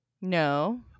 No